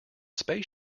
space